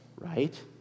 right